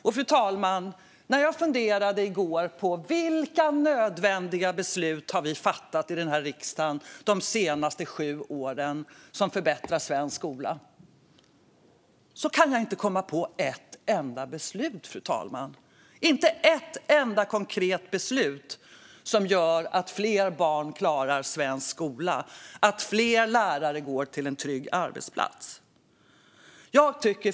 När jag i går funderade på vilka nödvändiga beslut vi har fattat i denna riksdag de senaste sju åren som förbättrar svensk skola kunde jag inte komma på ett enda konkret beslut som gör att fler barn klarar svensk skola och att fler lärare går till en trygg arbetsplats. Fru talman!